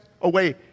away